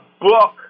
book